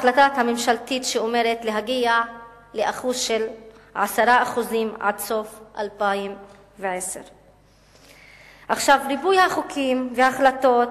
החלטה הממשלתית שאומרת להגיע ל-10% עד סוף 2010. ריבוי החוקים וההחלטות